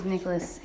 Nicholas